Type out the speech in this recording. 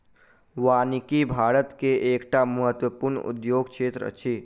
वानिकी भारत के एकटा महत्वपूर्ण उद्योग क्षेत्र अछि